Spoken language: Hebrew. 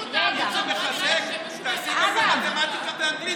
אבל אם זה מחזק, תעשי גם במתמטיקה ואנגלית.